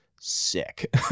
sick